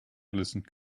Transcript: listened